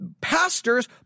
pastors